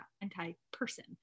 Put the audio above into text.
anti-person